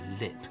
lip